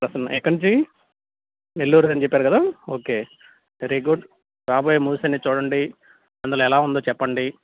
ప్రసన్న ఎక్కడ నుంచి నెల్లూరని చెప్పారు కదా ఓకే వెరీ గుడ్ రాబోయే మూవీస్ అన్నీ చూడండి అందులో ఎలా ఉందో చెప్పండి